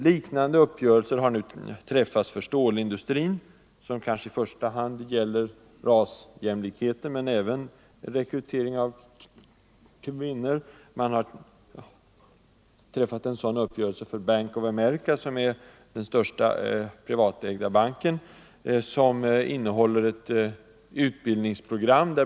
Liknande uppgörelser har nu träffats för stålindustrin, kanske i första hand i rasfrågan, men även beträffande rekrytering av kvinnor. Bank of America, som är den största privatägda banken, har träffat en uppgörelse som innehåller ett ambitiöst utbildningsprogram.